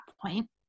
point